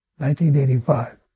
1985